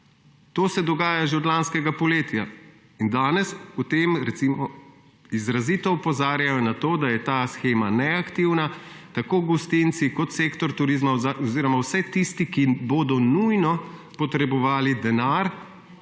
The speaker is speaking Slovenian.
To se dogaja že od lanskega poletja in danes recimo izrazito opozarjajo, da je ta shema neaktivna, tako gostinci kot sektor turizma oziroma vsi tisti, ki bodo nujno potrebovali denar,